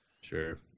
Sure